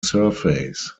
surface